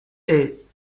eight